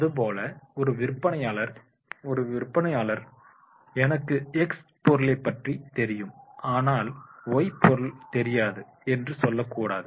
அதுபோல ஒரு விற்பனையாளர் ஒரு விற்பனையாளர் எனக்கு X பொருளைப் பற்றி தெரியும் ஆனால் Y பொருள் தெரியாது என்று சொல்லக்கூடாது